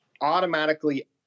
automatically